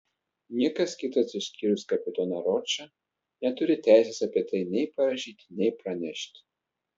niekas kitas išskyrus kapitoną ročą neturi teisės apie tai nei parašyti nei pranešti